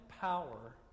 power